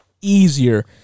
easier